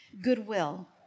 goodwill